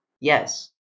Yes